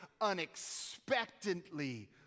unexpectedly